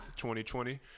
2020